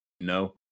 No